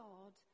God